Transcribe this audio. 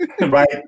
right